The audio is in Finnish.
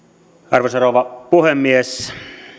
arvoisa rouva puhemies